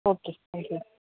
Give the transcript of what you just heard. okay thank you